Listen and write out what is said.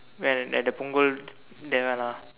where at the Punggol that one ah